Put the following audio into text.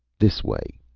this way,